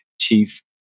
chief